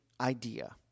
idea